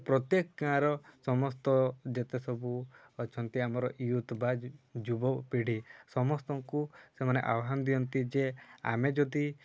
ପ୍ରତ୍ୟେକ ଗାଁର ସମସ୍ତ ଯେତେ ସବୁ ଅଛନ୍ତି ଆମର ୟୁଥ୍ ବା ଯୁବପିଢ଼ି ସମସ୍ତଙ୍କୁ ସେମାନେ ଆହ୍ୱାନ ଦିଅନ୍ତି ଯେ ଆମେ ଯଦି